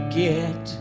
get